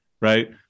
right